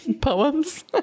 poems